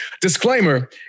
disclaimer